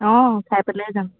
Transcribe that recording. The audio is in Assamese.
অঁ খাই পেলাইয়ে যাম